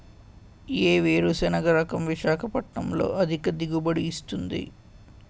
ఏ వేరుసెనగ రకం విశాఖపట్నం లో అధిక దిగుబడి ఇస్తుంది?